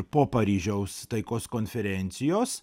po paryžiaus taikos konferencijos